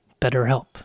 BetterHelp